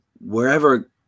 wherever